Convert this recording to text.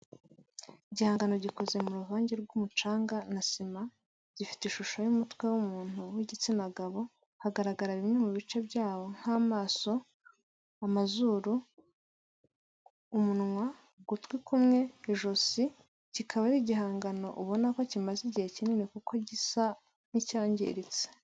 Igihangano gikoze mu ruvange rw'umucanga na sima gifite ishusho y'umutwe w'umuntu w'igitsina gabo hagaragara bimwe mu bice byawo nk'amaso amazuru, umunwa ugutwi kumwe, ijosi, kikaba ari igihangano ubona ko kimaze igihe kinini kuko gisa n'icyangiritse